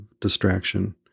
distraction